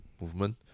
movement